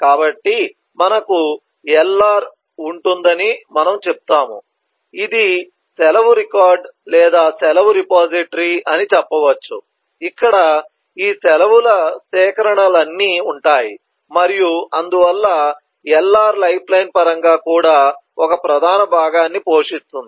కాబట్టి మనకు LR ఉంటుందని మనము చెప్తాము ఇది సెలవు రికార్డు లేదా సెలవు రిపోజిటరీ అని చెప్పవచ్చు ఇక్కడ ఈ సెలవుల సేకరణలన్నీ ఉంటాయి మరియు అందువల్ల LR లైఫ్ లైన్ పరంగా కూడా ఒక ప్రధాన భాగాన్ని అందిస్తుంది